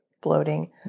bloating